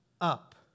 up